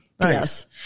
Yes